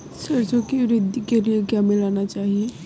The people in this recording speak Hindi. सरसों की वृद्धि के लिए क्या मिलाना चाहिए?